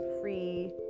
free